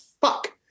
Fuck